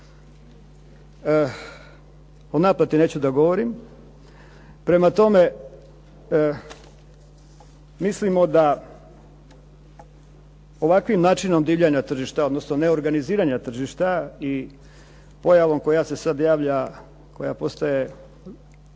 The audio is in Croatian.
O naplati neću da govorim. Prema tome, mislimo da ovakvim načinom divljanja tržišta odnosno neorganiziranja tržišta i pojavom koja se sada javlja, koja postaje